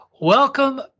welcome